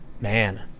Man